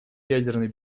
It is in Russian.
ядерной